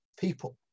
people